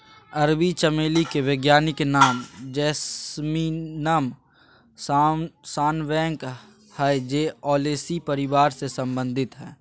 अरबी चमेली के वैज्ञानिक नाम जैस्मीनम सांबैक हइ जे ओलेसी परिवार से संबंधित हइ